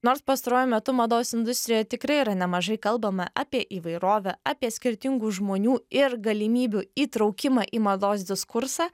nors pastaruoju metu mados industrijoje tikrai yra nemažai kalbama apie įvairovę apie skirtingų žmonių ir galimybių įtraukimą į mados diskursą